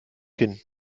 kinn